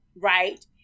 right